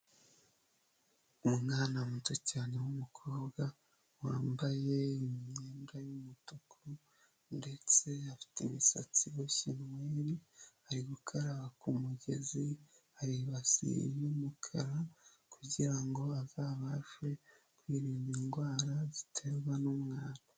Umwana muto cyane w'umukobwa, wambaye imyenda y'umutuku, ndetse afite imisatsi iboshye inweri, ari gukaraba ku mugezi, hari ibase y'umukara, kugirango azabashe kwirinda indwara ziterwa n'umwanda.